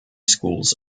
schools